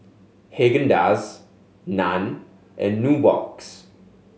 Haagen Dazs Nan and Nubox